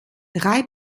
drei